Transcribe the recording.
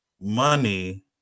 money